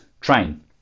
train